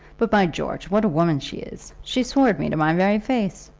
but, by george, what a woman she is! she swore at me to my very face.